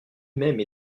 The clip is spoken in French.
même